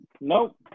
Nope